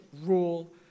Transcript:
rule